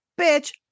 Bitch